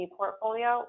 portfolio